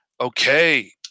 Okay